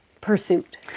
pursuit